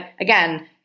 again